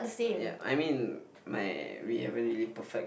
yup I mean my we haven't really perfect